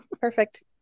perfect